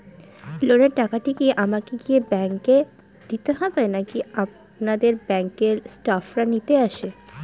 লোনের টাকাটি কি আমাকে গিয়ে ব্যাংক এ দিতে হবে নাকি আপনাদের ব্যাংক এর স্টাফরা নিতে আসে?